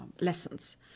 lessons